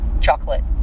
chocolate